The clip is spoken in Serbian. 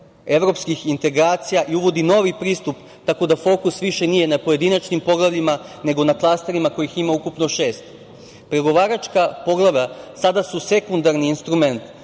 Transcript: evropskih integracija i uvodi novi pristup, tako da fokus više nije na pojedinačnim poglavljima, nego na klasterima kojih ima ukupno šest. Pregovaračka poglavlja su sada sekundarni instrument,